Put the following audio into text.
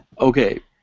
Okay